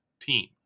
team